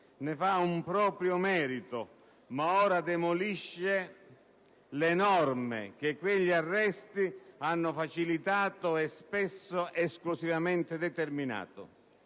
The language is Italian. Ne fa un proprio merito. Ma ora demolisce le norme che quegli arresti hanno facilitato e, spesso, esclusivamente determinato.